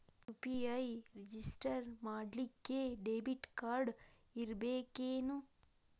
UPI register ಮಾಡ್ಲಿಕ್ಕೆ debit card ಇರ್ಬೇಕೇನು?